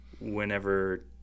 whenever